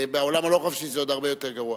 בעולם הלא חופשי זה עוד הרבה יותר גרוע.